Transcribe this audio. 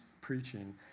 preaching